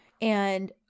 And-